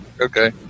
okay